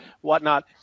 whatnot